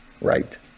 Right